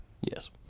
yes